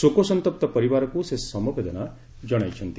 ଶୋକସନ୍ତପ୍ତ ପରିବାରକୁ ସେ ସମବେଦନା ଜଣାଇଛନ୍ତି